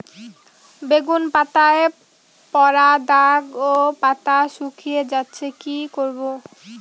বেগুন পাতায় পড়া দাগ ও পাতা শুকিয়ে যাচ্ছে কি করব?